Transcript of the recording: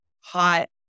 hot